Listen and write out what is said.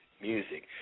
music